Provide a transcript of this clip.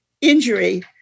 injury